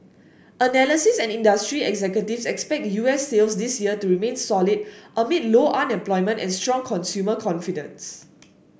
analysts and industry executives expect U S sales this year to remain solid amid low unemployment and strong consumer confidence